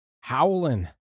howling